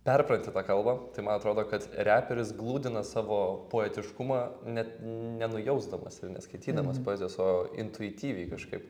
perpranti tą kalbą tai man atrodo kad reperis gludina savo poetiškumą net nenujausdamas ir neskaitydamas poezijos o intuityviai kažkaip